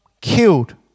killed